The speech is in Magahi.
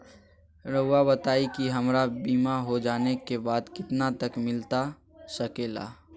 रहुआ बताइए कि हमारा बीमा हो जाने के बाद कितना तक मिलता सके ला?